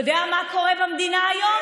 אתה יודע מה קורה במדינה היום?